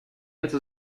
also